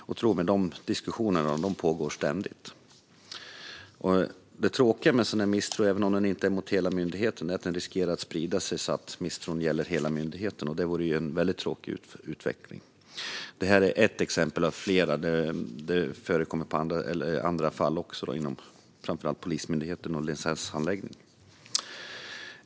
Och tro mig, de diskussionerna pågår ständigt. Även om misstron inte gäller hela myndigheten är det tråkiga att den riskerar att sprida sig så att den gäller hela myndigheten. Det vore en väldigt tråkig utveckling. Detta är ett exempel av flera. Det förekommer andra fall som gäller framför allt Polismyndigheten och licenshandläggningen.